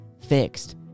fixed